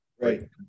Right